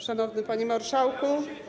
Szanowny Panie Marszałku!